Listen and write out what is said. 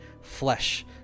flesh